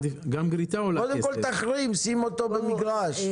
קודם כל, תחרים, שים אותו במגרש.